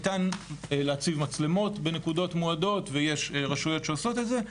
ניתן להציב מצלמות בנקודות מועדות ויש רשויות שעושות את זה.